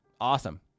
Awesome